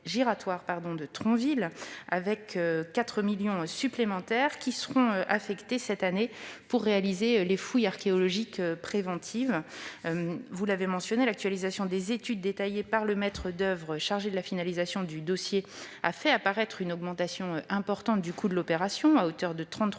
de Tronville. Par ailleurs, 4 millions d'euros supplémentaires seront affectés cette année pour réaliser les fouilles archéologiques préventives. Vous l'avez mentionné, l'actualisation des études détaillées par le maître d'oeuvre chargé de la finalisation du dossier a fait apparaître une augmentation importante du coût de l'opération, à hauteur de 33,5